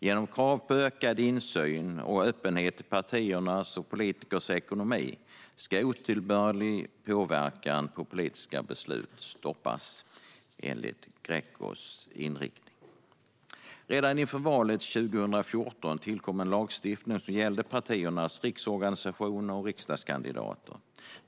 Genom krav på ökad insyn och öppenhet i partiers och politikers ekonomi ska otillbörlig påverkan på politiska beslut stoppas, enligt Grecos inriktning. Redan inför valet 2014 tillkom en lagstiftning som gällde partiernas riksorganisationer och riksdagskandidater.